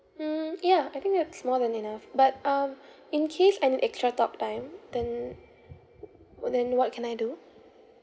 mm ya I think that's more than enough but um in case I need extra talk time then what then what can I do